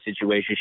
situation